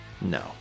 no